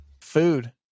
Food